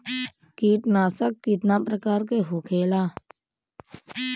कीटनाशक कितना प्रकार के होखेला?